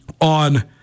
on